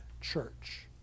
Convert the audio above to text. church